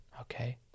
Okay